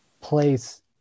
place